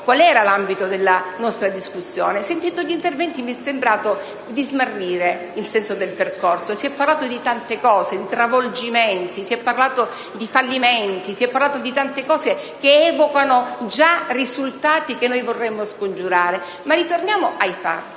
chiaro l'ambito della nostra discussione. Ascoltando i colleghi che sono intervenuti mi è sembrato di smarrire il senso del percorso. Si è parlato di tante cose: di travolgimenti, di fallimenti e di tante cose che evocano già risultati che noi vorremmo scongiurare. Ritorniamo però ai fatti.